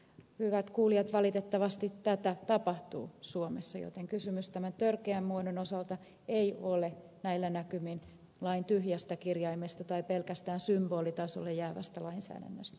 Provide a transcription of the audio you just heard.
hyvät kuulijat valitettavasti tätä tapahtuu suomessa joten kysymys tämän törkeän muodon osalta ei ole näillä näkymin lain tyhjästä kirjaimesta tai pelkästään symbolitasolle jäävästä lainsäädännöstä